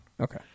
Okay